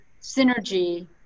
synergy